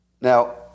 Now